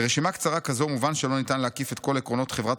"ברשימה קצרה כזו מובן שלא ניתן להקיף את כל עקרונות חברת